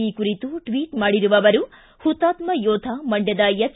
ಈ ಕುರಿತು ಟ್ವಿಚ್ ಮಾಡಿರುವ ಅವರು ಹುತಾತ್ಮ ಯೋಧ ಮಂಡ್ಕದ ಎಚ್